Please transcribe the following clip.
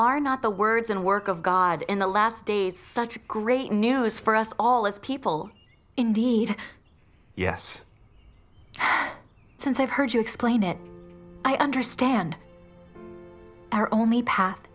are not the words and work of god in the last days such great news for us all as people indeed yes since i heard you explain it i understand are only path